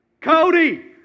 Cody